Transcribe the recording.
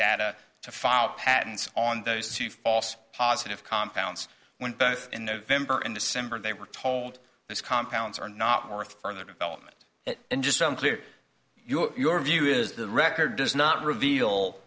data to fall patents on those to false positive compounds when both in november and december they were told this compounds are not worth further development and just include you your view is the record does not reveal